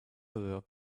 over